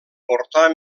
portar